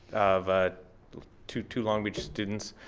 of ah two two long beach students.